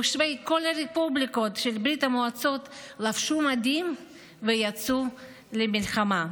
תושבי כל הרפובליקות של ברית המועצות לבשו מדים ויצאו למלחמה,